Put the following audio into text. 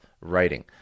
writing